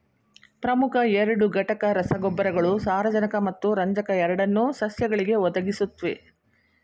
ಪ್ರಮುಖ ಎರಡು ಘಟಕ ರಸಗೊಬ್ಬರಗಳು ಸಾರಜನಕ ಮತ್ತು ರಂಜಕ ಎರಡನ್ನೂ ಸಸ್ಯಗಳಿಗೆ ಒದಗಿಸುತ್ವೆ